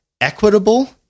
equitable